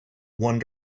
one